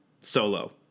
solo